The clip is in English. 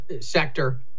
sector